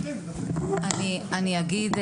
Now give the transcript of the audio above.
אני יודע מה אני עושה, תמי, מקבלים?